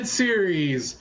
series